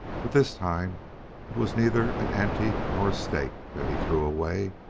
but this time it was neither an ante nor a stake that he threw away,